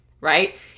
right